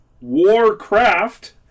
Warcraft